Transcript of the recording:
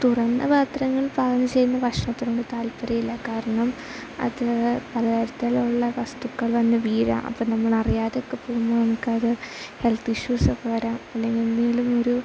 തുറന്ന പാത്രങ്ങൾ പാകം ചെയ്യുന്ന ഭക്ഷ്ണത്തിനോട് താത്പര്യമില്ല കാരണം അത് പലതരത്തിലുള്ള വസ്തുക്കൾ വന്നു വീഴുക അപ്പം നമ്മളറിയാതൊക്കെ പോകുമ്പോൾ നമുക്കത് ഹെൽത്തിഷ്യൂസൊക്കെ വരാം അല്ലെങ്കിലെന്തെങ്കിലുമൊരു